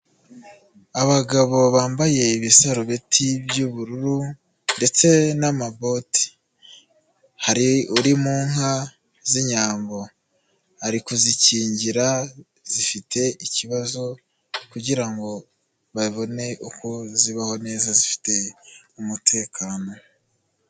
Abagabo bambaye ibisarubeti by'ubururu ndetse n'amaboti, hari uri mu nka z'Inyambo, ari kuzikingira zifite ikibazo kugira ngo babone uko zibaho neza zifite umutekano.